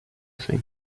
thing